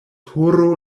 horo